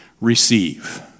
receive